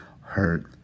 hurt